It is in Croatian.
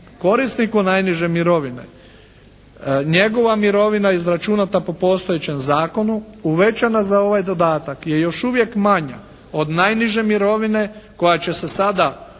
korisniku najniže mirovine njegova mirovina izračunata po postojećem zakonu uvećana za ovaj dodatak je još uvijek manja od najniže mirovine koja će se sada